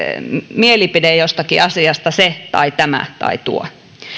mielipide jostakin asiasta se tai tämä tai tuo